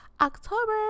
October